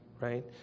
right